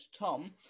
Tom